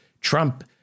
trump